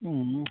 उम्